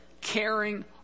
caring